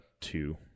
two